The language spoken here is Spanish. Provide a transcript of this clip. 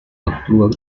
actúa